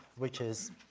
which is